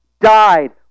died